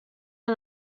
han